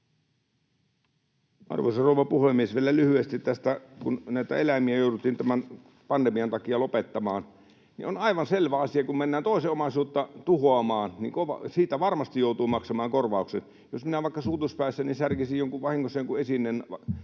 Arvoisa rouva puhemies! Vielä lyhyesti tästä, kun näitä eläimiä jouduttiin tämän pandemian takia lopettamaan. On aivan selvä asia, kun mennään toisen omaisuutta tuhoamaan, että siitä varmasti joutuu maksamaan korvaukset. Jos minä vaikka suutuspäissäni särkisin jonkun esineen